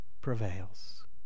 prevails